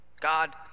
God